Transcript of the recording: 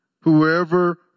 whoever